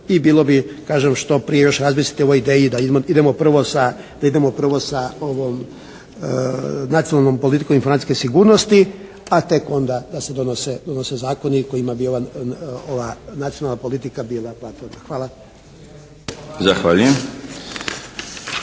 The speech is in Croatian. i bilo bi kažem što prije još razmisliti o ovoj ideji da idemo prvo sa ovom nacionalnom politikom informacijske sigurnosti a tek onda da se donose zakoni kojima bi ova nacionalna politika bila platforma. Hvala. **Milinović,